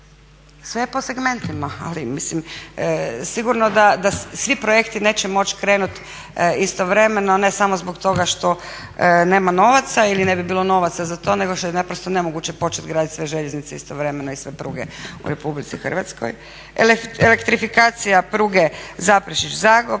sve je po segmentima ali mislim sigurno da svi projekti neće moći krenuti istovremeno ne samo zbog toga što nema novaca ili ne bi bilo novaca za to, nego što je naprosto nemoguće početi graditi sve željeznice istovremeno i sve pruge u RH. Elektrifikacija pruge Zaprešić-Zabok,